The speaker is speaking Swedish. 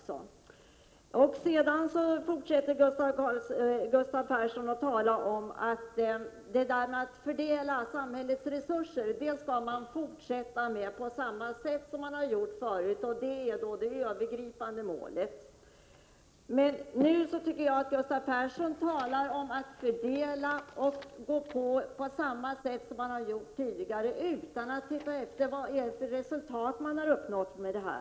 Sedan fortsatte Gustav Persson med att tala om att man skall fortsätta med att fördela samhällets resurser på samma sätt som man har gjort förut och att det är det övergripande målet. Gustav Persson talar om att fortsätta precis på samma sätt som man har gjort tidigare, utan att titta efter vilka resultat man har uppnått.